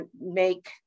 make